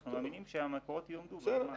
ואנחנו מאמינים שהמקורות יועמדו בזמן.